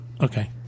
Okay